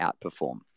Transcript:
outperform